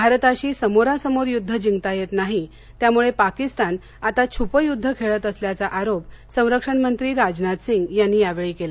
भारताशी समोरासमोर युद्ध जिंकता येत नाही त्यामुळे पाकीस्तान आता छुपं युद्ध खेळत असल्याचा आरोप संरक्षण मंत्री राजनाथ सिंग यांनी यावेळी केला